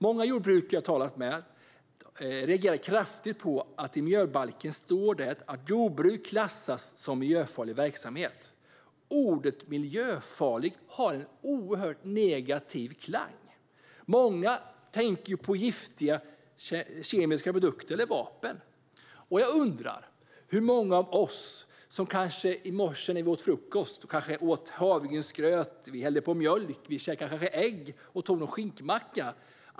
Många jordbrukare som jag har talat med reagerar kraftigt på att jordbruk klassas som miljöfarlig verksamhet i miljöbalken. Ordet miljöfarlig har en oerhört negativ klang. Många tänker på giftiga kemiska produkter eller vapen. När vi åt frukost i morse åt vi kanske havregrynsgröt, hällde på mjölk, käkade ägg och tog en skinkmacka.